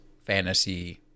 fantasy